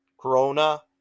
Corona